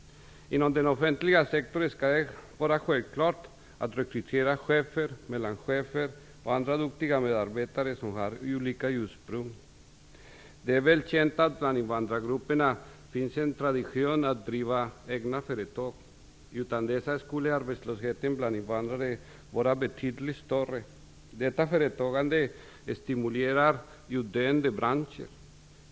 Inom den offentliga sektorn skall det vara självklart att rekrytera chefer, mellanchefer och andra duktiga medarbetare som har olika ursprung. Det är välkänt att det finns en tradition bland invandrargrupper att driva egna företag. Utan dessa skulle arbetslösheten bland invandrare vara betydligt större. Detta företagande stimulerar utdöende branscher.